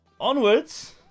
Onwards